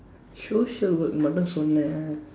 social work மட்டும் சொன்னே:matdum sonnee